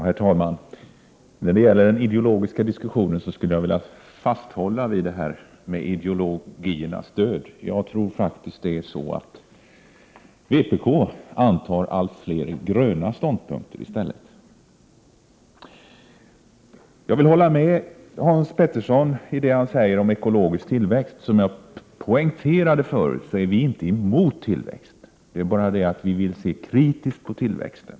Herr talman! I den ideologiska diskussionen skulle jag vilja vidhålla det här med ideologiernas död. Jag tror faktiskt att det är så att vpk intar allt fler gröna ståndpunkter. Jag håller med Hans Petersson i det han säger om ekologisk tillväxt. Som jag poängterade förut är vi inte emot tillväxt, det är bara det att vi vill se kritiskt på den.